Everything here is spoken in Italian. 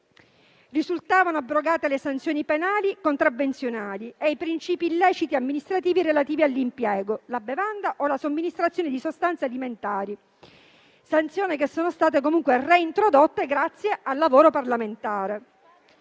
Risultavano abrogate le sanzioni penali contravvenzionali e i principi illeciti amministrativi relativi all'impiego o alla somministrazione di sostanze alimentari e di bevande, sanzioni che sono state comunque reintrodotte grazie al nostro lavoro